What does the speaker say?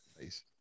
nice